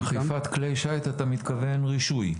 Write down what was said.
"אכיפת כלי שיט", אתה מתכוון לרישוי.